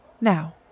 Now